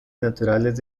naturales